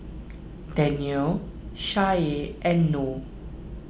Daniel Syah and Noh